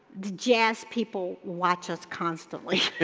jazz people watch us constantly.